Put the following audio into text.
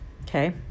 okay